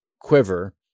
quiver